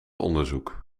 onderzoek